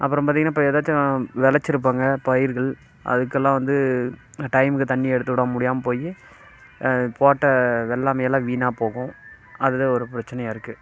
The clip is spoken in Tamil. அப்புறம் பார்த்திங்கனா இப்போ எதாச்சும் வளைச்சிருப்பாங்க பயிர்கள் அதுக்கெல்லாம் வந்து டைமுக்கு தண்ணி எடுத்துட முடியாமல் போய் போட்ட வெள்ளாமை எல்லாம் வீணாகப் போகும் அதுதான் ஒரு பிரச்சனையாக இருக்குது